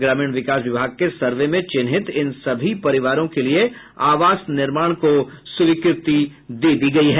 ग्रामीण विकास विभाग के सर्वे में चिन्हित इन सभी परिवारों के लिए आवास निर्माण को स्वीकृति दे दी गयी है